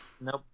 Nope